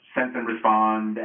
sense-and-respond